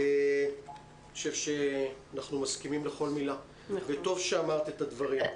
אנחנו מסכימים לכל מילה וטוב שאמרת את הדברים.